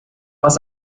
was